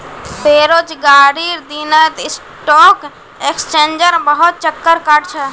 बेरोजगारीर दिनत स्टॉक एक्सचेंजेर बहुत चक्कर काट छ